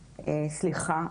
סליחה,